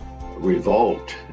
revolt